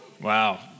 Wow